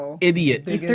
idiot